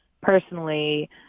personally